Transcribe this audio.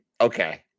okay